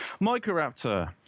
Microraptor